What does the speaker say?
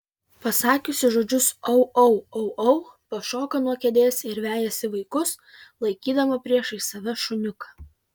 pasakiusi žodžius au au au au pašoka nuo kėdės ir vejasi vaikus laikydama priešais save šuniuką